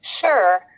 Sure